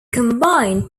combined